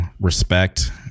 respect